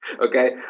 okay